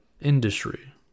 industry